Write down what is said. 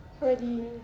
Ready